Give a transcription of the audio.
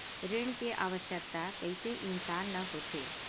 ऋण के आवश्कता कइसे इंसान ला होथे?